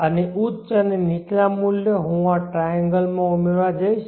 અને ઉચ્ચ અને નીચલા મૂલ્યો હું આ ટ્રાયેન્ગલ માં ઉમેરવા જઈશ